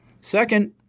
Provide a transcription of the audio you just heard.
Second